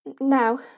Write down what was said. Now